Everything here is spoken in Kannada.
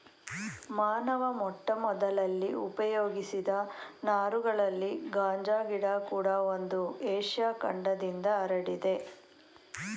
ಮಾನವ ಮೊಟ್ಟಮೊದಲಲ್ಲಿ ಉಪಯೋಗಿಸಿದ ನಾರುಗಳಲ್ಲಿ ಗಾಂಜಾ ಗಿಡ ಕೂಡ ಒಂದು ಏಷ್ಯ ಖಂಡದಿಂದ ಹರಡಿದೆ